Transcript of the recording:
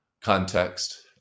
context